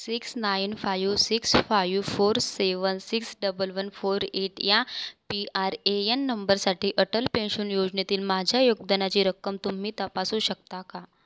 six nine five six five four seven six double one four eight या P R A N नंबरसाठी Atal pension योजनेतील माझ्या योगदानाची रक्कम तुम्ही तपासू शकता का